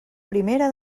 primera